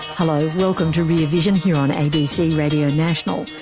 hello, welcome to rear vision here on abc radio national.